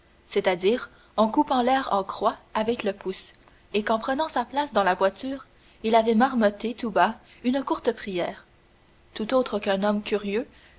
c'est-à-dire en coupant l'air en croix avec le pouce et qu'en prenant sa place dans la voiture il avait marmotté tout bas une courte prière tout autre qu'un homme curieux